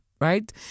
right